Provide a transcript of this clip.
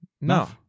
No